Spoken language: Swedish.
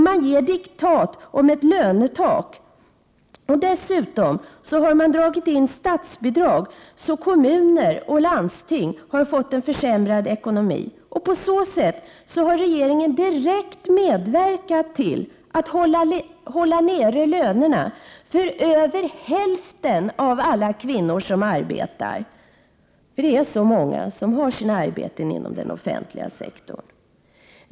Genom diktat om lönetak och genom att dra in statsbidrag så att kommuner och landsting får en försämrad ekonomi medverkar regeringen direkt till att hålla lönerna nere för över hälften av alla kvinnor som arbetar — så många är det som har sina arbeten inom den offentliga sektorn.